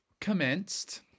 commenced